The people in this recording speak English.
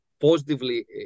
positively